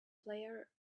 player